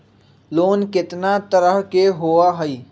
Loan केतना तरह के होअ हई?